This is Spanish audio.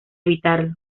evitarlo